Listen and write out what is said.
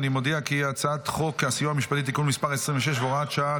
אני מודיע כי הצעת חוק הסיוע המשפטי (תיקון מס' 26 והוראת שעה),